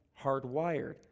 hardwired